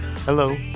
Hello